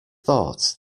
thought